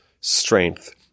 strength